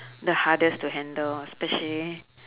the hardest to handle especially